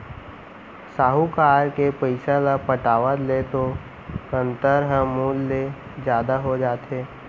साहूकार के पइसा ल पटावत ले तो कंतर ह मूर ले जादा हो जाथे